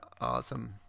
awesome